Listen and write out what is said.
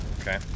Okay